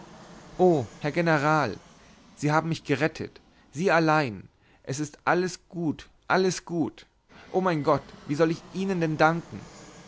o herr general sie haben mich gerettet sie allein es ist alles gut alles gut o mein gott wie soll ich ihnen denn danken